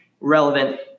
relevant